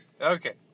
okay